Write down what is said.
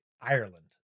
Ireland